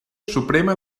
suprema